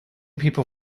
people